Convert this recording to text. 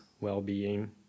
well-being